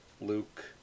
Luke